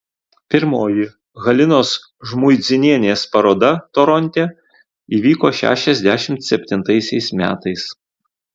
pirmoji halinos žmuidzinienės paroda toronte įvyko šešiasdešimt septintaisiais metais